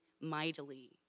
mightily